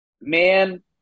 Man